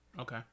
Okay